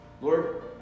Lord